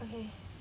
okay